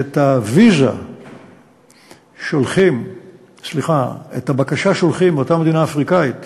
את הבקשה שולחים מאותה מדינה אפריקנית